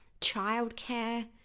childcare